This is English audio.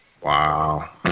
Wow